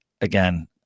again